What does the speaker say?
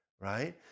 Right